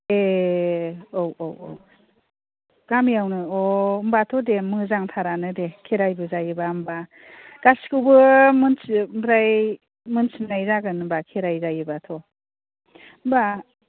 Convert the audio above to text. ए औ औ औ गामियावनो अ' होनबाथ' दे मोजांथारानो दे खेराइबो जायोबा होनबा गासैखौबो मोन्थिजो ओमफ्राय मोन्थिनाय जागोन होनबा खेराइ जायोबाथ' होनबा